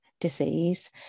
disease